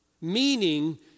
meaning